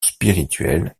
spirituelle